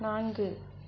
நான்கு